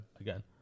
again